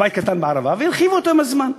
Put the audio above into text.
כמו בית קטן בערבה, והרחיבו אותו עם הזמן.